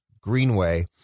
Greenway